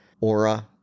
aura